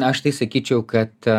aš tai sakyčiau kad